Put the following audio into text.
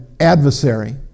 adversary